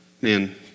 man